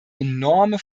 enorme